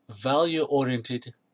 value-oriented